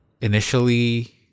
initially